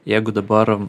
jeigu dabar